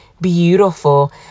beautiful